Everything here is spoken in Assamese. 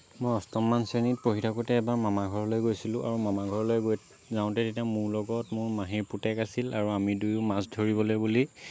মই অষ্টম মান শ্ৰেণীৰ পঢ়ি থাকোতেই এবাৰ মামা ঘৰলৈ গৈছিলো আৰু মামা ঘৰলৈ গৈ যাওঁতে তেতিয়া মোৰ লগত মোৰ মাহীৰ পুতেক আছিল আৰু আমি দুয়ো মাছ ধৰিবলে বুলি